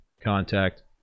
contact